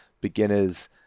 beginner's